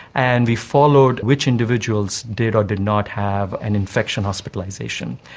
and we followed which individuals did or did not have an infection hospitalisation.